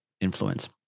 influence